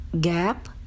Gap